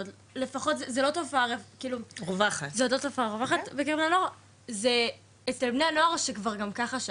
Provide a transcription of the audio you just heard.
לפחות זה לא תופעה רווחת וגם זה אצל בני הנוער שכבר גם ככה שם,